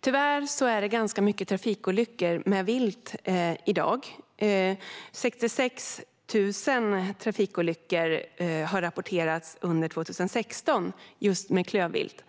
Tyvärr är det ganska mycket trafikolyckor med vilt i dag. 66 000 med klövvilt rapporterades under 2106.